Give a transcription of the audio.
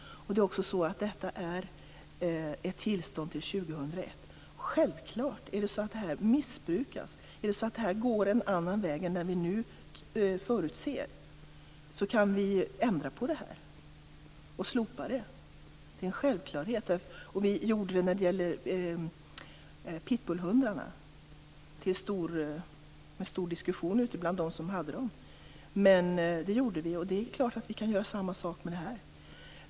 Det är också så att detta är ett tillstånd fram till år 2001. Självklart är det så att vi, om det här missbrukas och om det går en annan väg än den vi nu förutser, kan ändra på det här och slopa det. Det är en självklarhet. Det gjorde vi när det gäller pitbullhundarna, med stor diskussion ute bland dem som hade dessa hundar som följd. Det gjorde vi alltså, och det är klart att vi kan göra samma sak här.